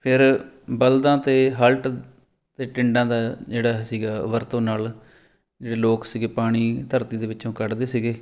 ਫਿਰ ਬਲਦਾਂ ਅਤੇ ਹਲਟ ਅਤੇ ਟਿੰਡਾਂ ਦਾ ਜਿਹੜਾ ਸੀਗਾ ਵਰਤੋਂ ਨਾਲ ਜਿਹੜੇ ਲੋਕ ਸੀਗੇ ਪਾਣੀ ਧਰਤੀ ਦੇ ਵਿੱਚੋਂ ਕੱਢਦੇ ਸੀਗੇ